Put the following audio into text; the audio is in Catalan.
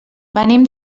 venim